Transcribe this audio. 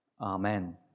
amen